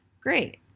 Great